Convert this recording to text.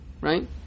Right